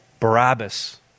Barabbas